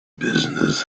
business